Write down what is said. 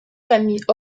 familles